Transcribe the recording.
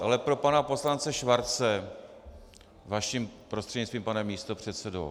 Ale pro pana poslance Schwarze vaším prostřednictvím, pane místopředsedo.